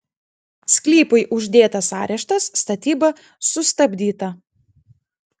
sklypui uždėtas areštas statyba sustabdyta